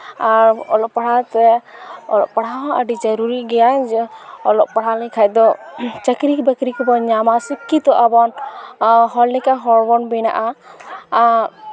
ᱚᱞᱚᱜ ᱯᱟᱲᱦᱟᱣᱛᱮ ᱚᱞᱚᱜ ᱯᱟᱲᱦᱟᱣ ᱦᱚᱸ ᱟᱹᱰᱤ ᱡᱟᱹᱨᱩᱨᱤ ᱜᱮᱭᱟ ᱡᱮ ᱚᱞᱚᱜ ᱯᱟᱲᱦᱟᱣ ᱞᱮᱠᱷᱟᱱ ᱫᱚ ᱪᱟᱹᱠᱨᱤ ᱵᱟᱹᱠᱨᱤ ᱠᱚᱵᱚᱱ ᱧᱟᱢᱟ ᱥᱤᱠᱠᱷᱤᱛᱚᱜ ᱟᱵᱚᱱ ᱦᱚᱲ ᱞᱮᱠᱟ ᱦᱚᱲᱵᱚᱱ ᱵᱮᱱᱟᱜᱼᱟ ᱟᱨ